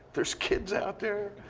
there's kids out there.